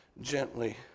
gently